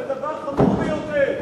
זה דבר חמור ביותר.